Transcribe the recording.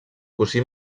cosí